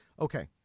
Okay